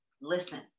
Listen